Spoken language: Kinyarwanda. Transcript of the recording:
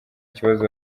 kibazo